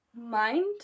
mind